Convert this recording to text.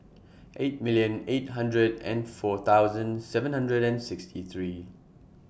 eight million eight hundred and four thousand seven hundred and sixty three